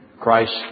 Christ